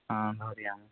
ହଁ ଧରି ଆଣ